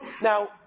Now